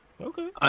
Okay